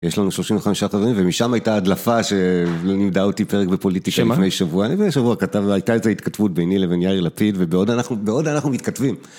יש לנו 35 תווים ומשם הייתה הדלפה שלימדה אותי פרק בפוליטיקה. שמה? לפני שבוע, לפני שבוע הייתה איזו ההתכתבות בני ובין יאיר לפיד ובעוד אנחנו מתכתבים.